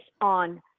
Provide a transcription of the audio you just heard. on